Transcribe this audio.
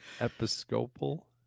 Episcopal